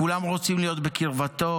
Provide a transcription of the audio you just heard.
"כולם רוצים להיות בקרבתו.